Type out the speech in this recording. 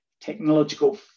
technological